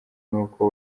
nuko